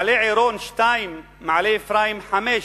מעלה-עירון, 2, מעלה-אפרים, 5,